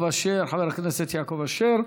חבר הכנסת יעקב אשר,